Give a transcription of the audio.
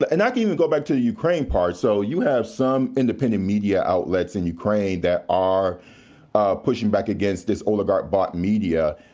and can even go back to the ukraine part so you have some independent media outlets in ukraine that are ah pushing back against this oligarch bought media.